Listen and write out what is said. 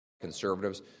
Conservatives